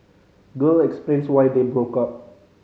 girl explains why they broke up